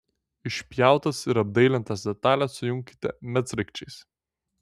išpjautas ir apdailintas detales sujunkite medsraigčiais